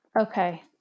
Okay